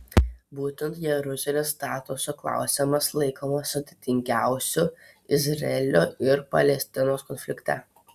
būtent jeruzalės statuso klausimas laikomas sudėtingiausiu izraelio ir palestinos konflikte